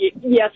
Yes